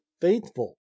faithful